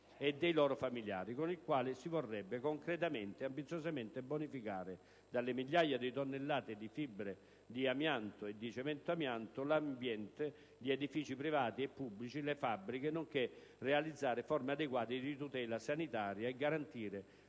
e dei loro familiari, con il quale si vorrebbe concretamente e ambiziosamente bonificare dalle migliaia di tonnellate di fibre di amianto e di cemento-amianto l'ambiente, gli edifici privati e pubblici, le fabbriche, nonché realizzare forme adeguate di tutela sanitaria e garantire